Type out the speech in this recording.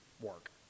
work